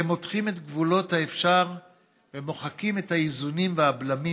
אתם מותחים את גבולות האפשר ומוחקים את האיזונים והבלמים